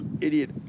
idiot